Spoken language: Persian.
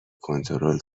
کنترل